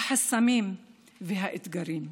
החסמים והאתגרים.